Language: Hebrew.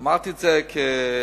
אמרתי את זה כבדיחה,